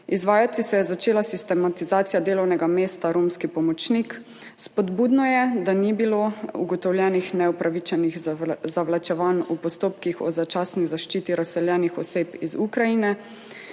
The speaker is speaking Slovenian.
izvajati se je začela sistematizacija delovnega mesta romski pomočnik. Spodbudno je, da ni bilo ugotovljenih neupravičenih zavlačevanj v postopkih o začasni zaščiti razseljenih oseb iz Ukrajine.